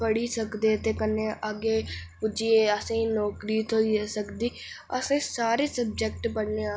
पढ़ी सकदे कन्नै अग्गै पुज्जी असें नौकरी थ्होई सकदी आसें सारे सब्जैक्ट पढने आं